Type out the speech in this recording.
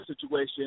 situation